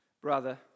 brother